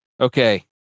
Okay